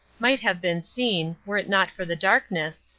might have been seen, were it not for the darkness,